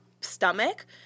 stomach